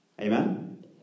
Amen